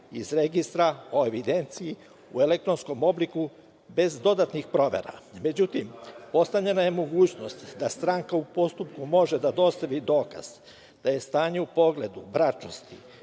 iz registra o evidenciji u elektronskom obliku bez dodatnih provera. Međutim, ostavljena je mogućnost da stranka u postupku može da dostavi dokaz da je stanje u pogledu bračnosti